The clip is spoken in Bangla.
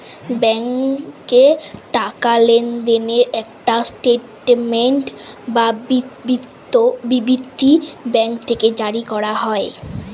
ব্যাংকে টাকা লেনদেনের একটা স্টেটমেন্ট বা বিবৃতি ব্যাঙ্ক থেকে জারি করা হয়